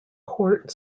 court